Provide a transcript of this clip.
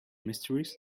mysteries